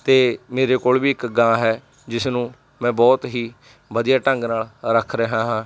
ਅਤੇ ਮੇਰੇ ਕੋਲ ਵੀ ਇੱਕ ਗਾਂ ਹੈ ਜਿਸ ਨੂੰ ਮੈਂ ਬਹੁਤ ਹੀ ਵਧੀਆ ਢੰਗ ਨਾਲ ਰੱਖ ਰਿਹਾ ਹਾਂ